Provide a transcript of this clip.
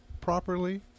properly